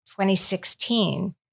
2016